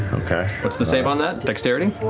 what's the save on that? dexterity?